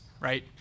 right